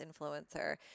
influencer